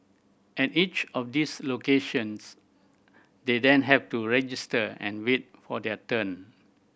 at each of these locations they then have to register and wait for their turn